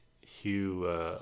Hugh